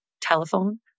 Telephone